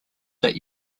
that